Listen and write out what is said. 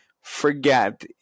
forget